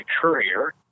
courier